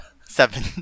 Seven